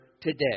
today